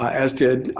as did,